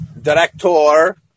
director